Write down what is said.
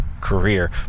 career